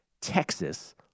Texas